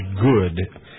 good